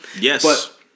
yes